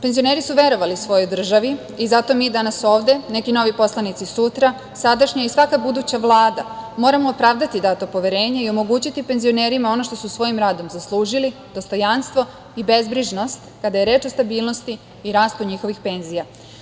Penzioneri su verovali svojoj državi i zato mi danas ovde, neki novi poslanici sutra, sadašnja i svaka buduća Vlada moramo opravdati dato poverenje i omogućiti penzionerima ono što su svojim radom zaslužili, dostojanstvo i bezbrižnost kada je reč o stabilnosti i rastu njihovih penzija.